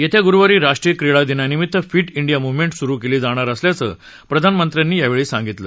येत्या गुरुवारी राष्ट्रीय क्रीडा दिनानिमित्त फिट इंडिया मूव्हमेंट सुरू केली जाणार असल्याचं प्रधानमंत्र्यांनी यावेळी सांगितलं